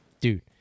Dude